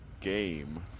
game